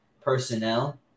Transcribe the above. personnel